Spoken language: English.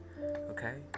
okay